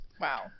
Wow